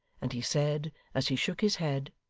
and he said, as he shook his head